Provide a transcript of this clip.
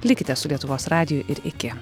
likite su lietuvos radiju ir iki